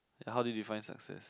how do you define success